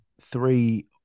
three